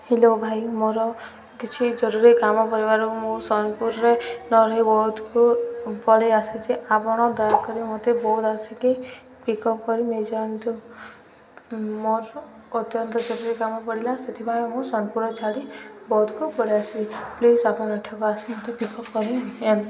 hello ଭାଇ ମୋର କିଛି ଜରୁରୀ କାମ କରିବାରୁ ମୁଁ ସୋନପୁରରେ ନ ରହି ବୌଦ୍ଧକୁ ପଳାଇ ଆସିଛି ଆପଣ ଦୟାକରି ମୋତେ ବୌଦ୍ଧ ଆସିକି ପିକ୍ ଅପ୍ କରି ନେଇ ଯାଆନ୍ତୁ ମୋର ଅତ୍ୟନ୍ତ ଜରୁରୀ କାମ ପଡ଼ିଲା ସେଥିପାଇଁ ମୁଁ ସୋନପୁରରେ ଛାଡ଼ି ବୌଦ୍ଧକୁ ପଳାଇ ଆସିଛି ପ୍ଲିଜ୍ ଆପଣ ଏଠାକୁ ଆସି ମୋତେ ପିକ୍ ଅପ୍ କରି ନିଅନ୍ତୁ